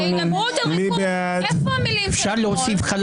אני אקרא אותך לסדר אם אתה תמשיך.